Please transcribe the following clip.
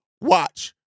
watch